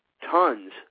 tons